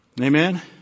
Amen